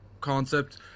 concept